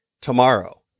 tomorrow